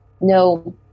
No